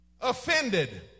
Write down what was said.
offended